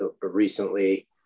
recently